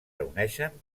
reuneixen